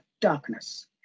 darkness